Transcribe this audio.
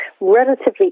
relatively